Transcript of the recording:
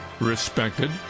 respected